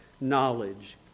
knowledge